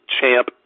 Champ